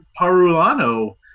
Parulano